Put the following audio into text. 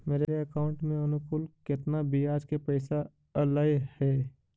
मेरे अकाउंट में अनुकुल केतना बियाज के पैसा अलैयहे?